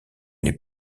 les